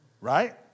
Right